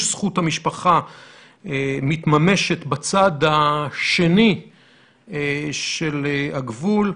זכות המשפחה מתממשת בצד השני של הגבול.